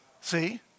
see